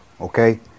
Okay